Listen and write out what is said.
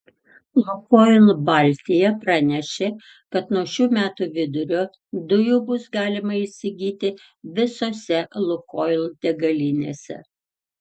lukoil baltija pranešė kad nuo šių metų vidurio dujų bus galima įsigyti visose lukoil degalinėse